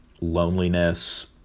loneliness